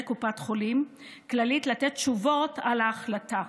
קופת חולים כללית לתת תשובות על ההחלטה.